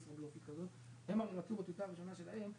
יש לו מזל קמיניץ' שלא הלכנו ביחד,